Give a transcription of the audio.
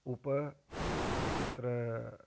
उप तत्र